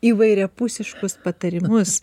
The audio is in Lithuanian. įvairiapusiškus patarimus